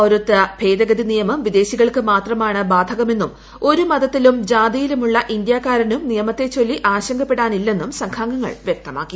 പൌരത്വ ഭേദഗതി നിയമം വിദേശികൾക്ക് മാത്രമാണ് ബാധകമെന്നും ഒരു മതത്തിലും ജാതിയിലുമുള്ള ഇന്ത്യക്കാരനും നിയമത്തെച്ചൊല്ലി ആശങ്കപ്പെടാനില്ലെന്നും സംഘാംഗങ്ങൾ വ്യക്തമാക്കി